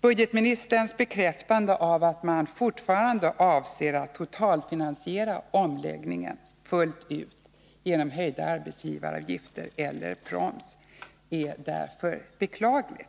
Budgetministerns bekräftande av att man fortfarande avser att totalfinansiera omläggningen fullt ut genom höjda arbetsgivaravgifter eller proms är därför beklagligt.